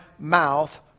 Mouth